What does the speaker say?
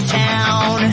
town